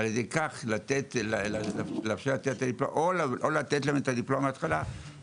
ועל ידי כך לאפשר לתת דיפלומה או לתת להם דיפלומה מההתחלה,